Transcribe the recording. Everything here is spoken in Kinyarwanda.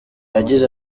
yagize